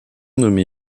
nommé